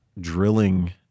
drilling